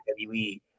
WWE